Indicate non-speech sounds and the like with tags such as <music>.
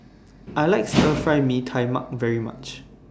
I like <noise> Stir Fry Mee Tai Mak very much